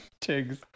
Chigs